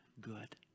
good